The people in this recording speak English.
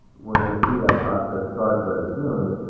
we're going to see that process start very soon.